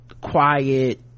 quiet